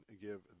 give